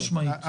חד משמעית.